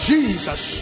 Jesus